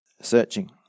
searching